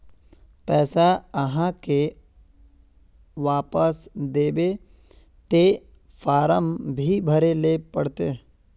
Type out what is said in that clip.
पैसा आहाँ के वापस दबे ते फारम भी भरें ले पड़ते?